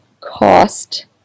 cost